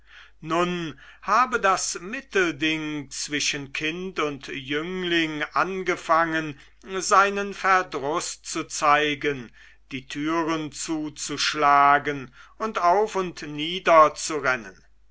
nun habe das mittelding zwischen kind und jüngling angefangen seinen verdruß zu zeigen die türen zuzuschlagen und auf und nieder zu rennen